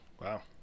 Wow